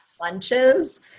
lunches